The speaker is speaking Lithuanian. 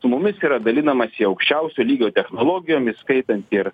su mumis yra dalinamasi aukščiausio lygio technologijom įskaitant ir